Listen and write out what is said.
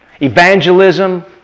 evangelism